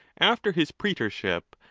after his prsetorship,